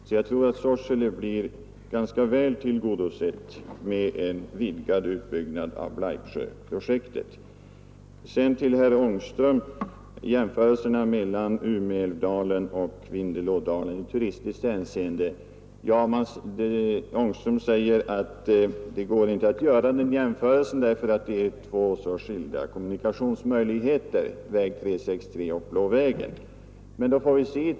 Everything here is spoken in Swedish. Jag tror därför att Sorsele kommun blir ganska väl tillgodosedd med en vidgad utbyggnad av Blaiksjönprojektet. I fråga om jämförelsen mellan Umeälvdalen och Vindelådalen i turisthänseende säger herr Ångström att det inte går att göra den eftersom de har så olika kommunikationsmöjligheter — den ena dalen har väg 363 och den andra Blå vägen.